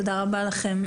תודה רבה לכם,